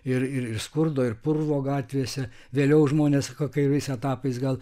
ir ir skurdo ir purvo gatvėse vėliau žmonės keliais etapais gal